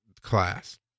class